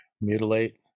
mutilate